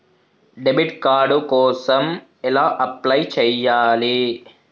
Debit card కోసం ఎలా apply చేయాలి?